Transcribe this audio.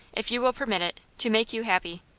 if you will permit it, to make you happy.